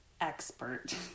expert